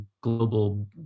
global